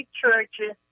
churches